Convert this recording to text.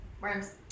Worms